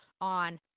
on